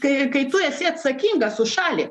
kai kai tu esi atsakingas už šalį